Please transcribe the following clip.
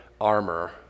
armor